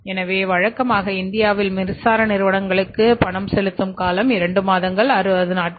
எனவே வழக்கமாக இந்தியாவில் மின்சார நிறுவனங்களுக்கு பணம் செலுத்தும் காலம் 2 மாதங்கள் 60 நாட்கள்